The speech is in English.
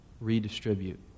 redistribute